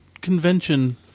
convention